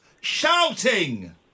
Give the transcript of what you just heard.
shouting